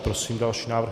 Prosím další návrh.